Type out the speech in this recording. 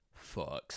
fucks